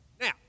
Now